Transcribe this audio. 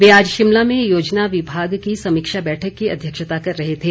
वे आज शिमला में योजना विभाग की समीक्षा बैठक की अध्यक्षता कर रहे थे